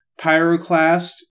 Pyroclast